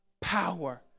power